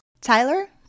Tyler